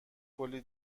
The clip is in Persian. کلی